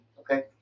Okay